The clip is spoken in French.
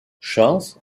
chance